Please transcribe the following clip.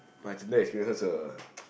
my Tinder experiences ppl